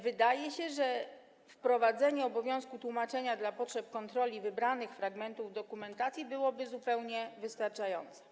Wydaje się, że wprowadzenie obowiązku tłumaczenia na potrzeby kontroli wybranych fragmentów dokumentacji byłoby zupełnie wystarczające.